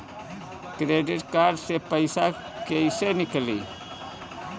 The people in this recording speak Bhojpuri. क्रेडिट कार्ड से पईसा केइसे निकली?